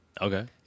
Okay